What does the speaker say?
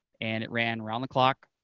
and it ran around the clock.